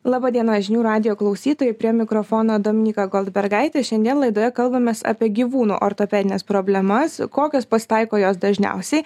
laba diena žinių radijo klausytojai prie mikrofono dominyka goldbergaitė šiandien laidoje kalbamės apie gyvūnų ortopedines problemas kokios pasitaiko jos dažniausiai